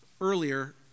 earlier